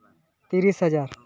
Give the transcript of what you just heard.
ᱛᱤᱨᱤᱥ ᱦᱟᱡᱟᱨ